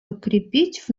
укрепить